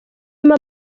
irimo